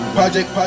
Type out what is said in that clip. project